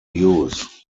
use